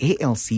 ALC